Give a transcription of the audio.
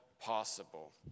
possible